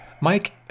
mike